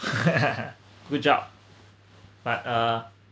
good job but uh